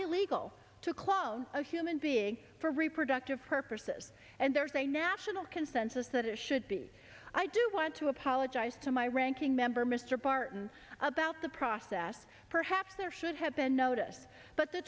illegal to clone a human being for reproductive purposes and there's a national consensus that it should be i do want to apologize to my ranking member mr barton about the process perhaps there should have been noticed but the